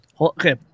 Okay